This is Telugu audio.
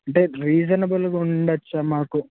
అంటే రీజనబుల్గా ఉండచ్చా మాకు